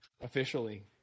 officially